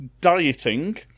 dieting